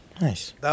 Nice